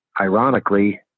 ironically